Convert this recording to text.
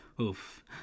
Oof